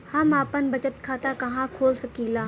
हम आपन बचत खाता कहा खोल सकीला?